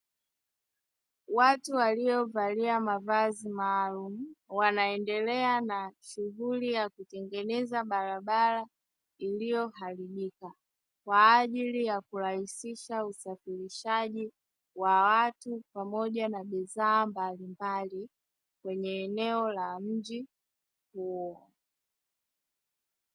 Watu waliovalia mavazi maalumu wanaendelea na shughuli ya kutengeneza barabara iliyoharibika, kwa ajili ya kurahisisha usafirishaji wa watu pamoja na bidhaa mbalimbali kwenye eneo la mji huo.